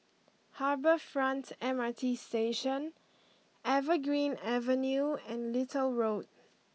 Harbour Front M R T Station Evergreen Avenue and Little Road